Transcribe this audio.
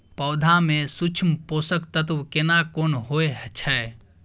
पौधा में सूक्ष्म पोषक तत्व केना कोन होय छै?